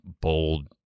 bold